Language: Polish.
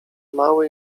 mały